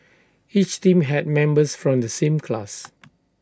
each team had members from the same class